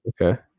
Okay